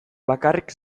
bakarrik